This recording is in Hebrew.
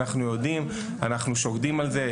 אנחנו יודעים ושוקדים על זה.